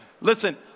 Listen